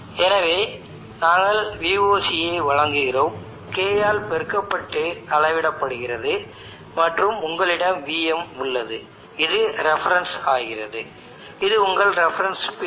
எனவே நாங்கள் Voc ஐ வழங்குகிறோம் K ஆல் பெருக்கப்பட்டு அளவிடப்படுகிறது மற்றும் உங்களிடம் vm உள்ளது இது ரெஃபரன்ஸ் ஆகிறது இது உங்கள் ரெஃபரன்ஸ் பிரிவு